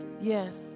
yes